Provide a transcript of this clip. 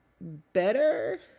better